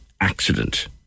accident